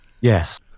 yes